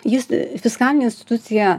jis fiskalinė institucija